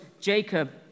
Jacob